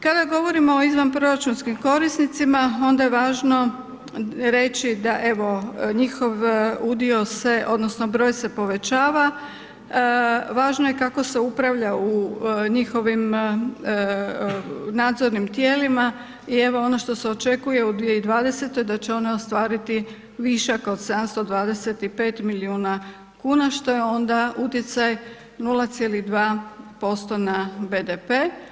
Kada govorimo o izvanproračunskim korisnicima, onda je važno reći da evo njihov udio odnosno broj se broj se povećava, važno je kako se upravlja u njihovim nadzornim tijelima i evo ono što se očekuje u 2020., da će ona ostvariti višak od 725 milijuna kuna što je onda utjecaj 0,2% na BDP.